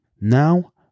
Now